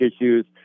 issues